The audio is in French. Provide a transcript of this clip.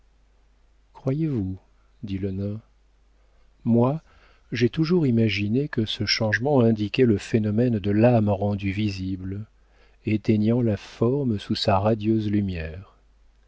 croyez-vous dit le nain moi j'ai toujours imaginé que ce changement indiquait le phénomène de l'âme rendue visible éteignant la forme sous sa radieuse lumière